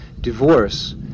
divorce